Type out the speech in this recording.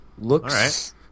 Looks